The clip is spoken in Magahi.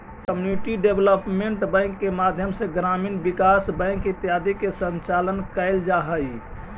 कम्युनिटी डेवलपमेंट बैंक के माध्यम से ग्रामीण विकास बैंक इत्यादि के संचालन कैल जा हइ